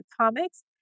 comics